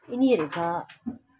यिनीहरूका